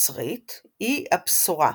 הנוצרית היא הבשורה,